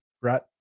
Right